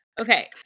okay